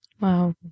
Wow